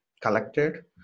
collected